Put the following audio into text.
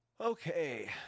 Okay